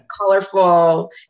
colorful